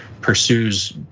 pursues